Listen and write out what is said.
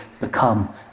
become